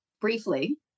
Briefly